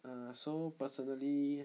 err so personally